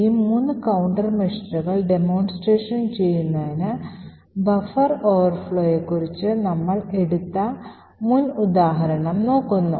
ഈ മൂന്ന് കൌണ്ടർ മെഷറുകൾ ഡെമോൺസ്ട്രേഷൻ ചെയ്യുന്നതിന് ബഫർ ഓവർഫ്ലോയെക്കുറിച്ച് നമ്മൾ എടുത്ത മുൻ ഉദാഹരണം നോക്കുന്നു